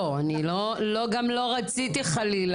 לא, אני לא, לא, גם לא רציתי חלילה.